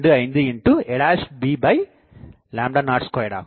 25 a b02 ஆகும்